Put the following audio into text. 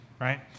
right